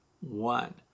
one